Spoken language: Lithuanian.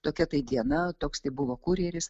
tokia tai diena toks tai buvo kurjeris